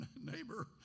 neighbor